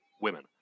women